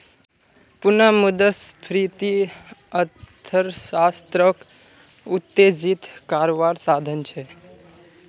पुनः मुद्रस्फ्रिती अर्थ्शाश्त्रोक उत्तेजित कारवार साधन छे